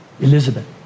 Elizabeth